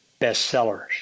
bestsellers